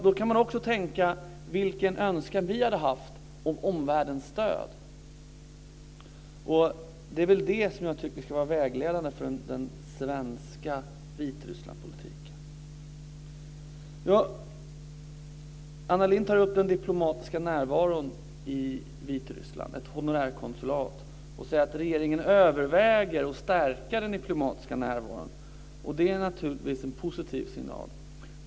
Då kan man också tänka sig vilken önskan vi hade haft om omvärldens stöd. Det är det som jag tycker ska vara vägledande för den svenska Vitrysslandspolitiken. Anna Lindh tar upp den diplomatiska närvaron i Vitryssland - ett honorärkonsulat - och säger att regeringen överväger att stärka den diplomatiska närvaron. Det är naturligtvis en positiv signal.